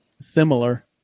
Similar